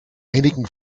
einigen